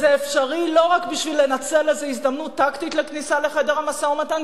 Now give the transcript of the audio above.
זה אפשרי לא רק בשביל לנצל איזו הזדמנות טקטית לכניסה לחדר המשא-ומתן,